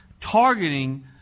targeting